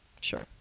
Sure